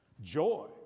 joy